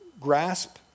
Grasp